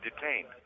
detained